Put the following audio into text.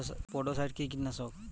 স্পোডোসাইট কি কীটনাশক?